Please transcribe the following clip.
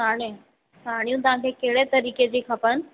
साड़ियूं साड़ियूं तव्हां खे कहिड़े तरीक़े जी खपनि